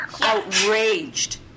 outraged